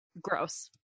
gross